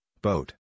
boat